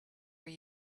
were